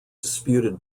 disputed